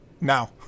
Now